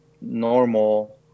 normal